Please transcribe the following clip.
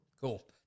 Cool